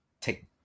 take